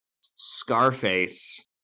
scarface